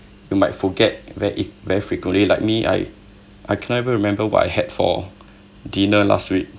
you might forget very very frequently like me I I cannot even remember what I had for dinner last week